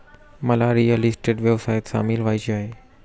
मला real estate व्यवसायात सामील व्हायचे आहे